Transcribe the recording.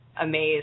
amazed